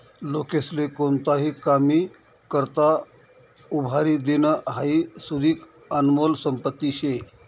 लोकेस्ले कोणताही कामी करता उभारी देनं हाई सुदीक आनमोल संपत्ती शे